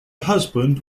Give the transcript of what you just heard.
husband